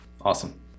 Awesome